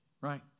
right